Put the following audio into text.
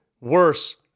worse